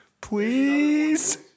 Please